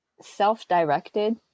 self-directed